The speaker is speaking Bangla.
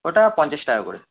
ওটা পঞ্চাশ টাকা করে